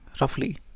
roughly